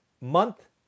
month